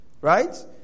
Right